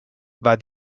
war